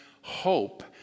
hope